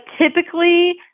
typically